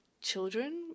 children